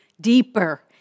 deeper